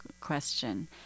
question